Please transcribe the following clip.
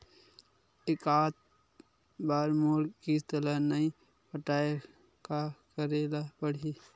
एकात बार मोर किस्त ला नई पटाय का करे ला पड़ही?